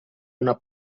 una